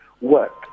work